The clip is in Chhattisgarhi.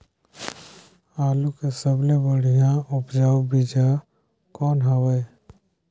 आलू के सबले बढ़िया उपजाऊ बीजा कौन हवय?